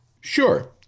Sure